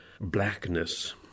blackness